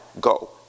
go